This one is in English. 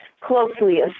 closely